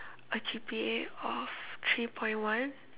a G_P_A of three point one